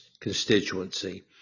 constituency